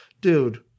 dude